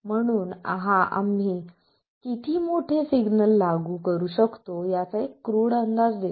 म्हणून हा आम्ही किती मोठे सिग्नल लागू करू शकतो याचा एक क्रूड अंदाज देतो